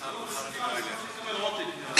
מחר, מחר אני בא אליך, חיים.